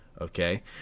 okay